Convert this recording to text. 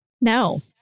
No